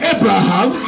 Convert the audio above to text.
Abraham